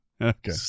Okay